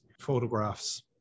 photographs